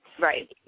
right